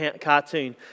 cartoon